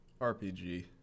RPG